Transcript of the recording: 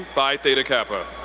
phi theta kappa.